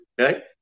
Okay